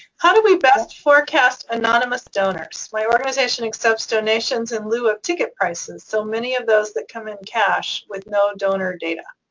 how do we best forecast anonymous donors? my organization accepts donations in lieu of ticket prices, so many of those come in cash with no donor data.